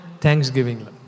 Thanksgiving